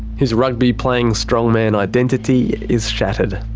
his rugby-playing-strongman identity is shattered.